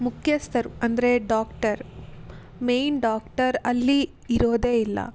ಮುಖ್ಯಸ್ಥರು ಅಂದರೆ doctor main doctor ಅಲ್ಲಿ ಇರೋದೇ ಇಲ್ಲ